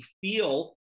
feel